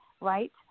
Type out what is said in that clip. right